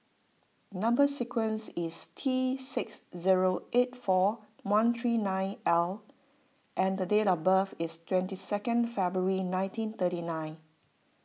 Number Sequence is T six zero eight four one three nine L and the date of birth is twenty second February nineteen thirty nine